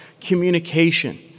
communication